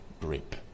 grip